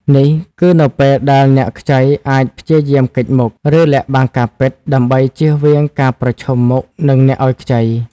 នេះគឺនៅពេលដែលអ្នកខ្ចីអាចព្យាយាមគេចមុខ ឬលាក់បាំងការពិត ដើម្បីជៀសវាងការប្រឈមមុខនឹងអ្នកឲ្យខ្ចី។